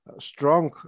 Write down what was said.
strong